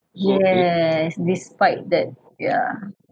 yes despite that ya